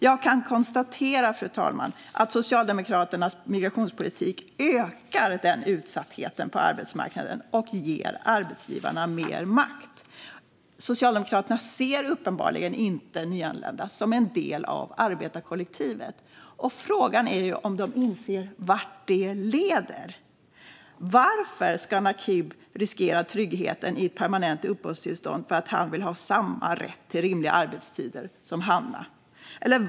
Jag kan konstatera, fru talman, att Socialdemokraternas migrationspolitik ökar den utsattheten på arbetsmarknaden och ger arbetsgivarna mer makt. Socialdemokraterna ser uppenbarligen inte nyanlända som en del av arbetarkollektivet. Frågan är om de inser vart det leder. Varför ska Naqib riskera tryggheten i ett permanent uppehållstillstånd för att han vill ha samma rätt till rimliga arbetstider som Hanna?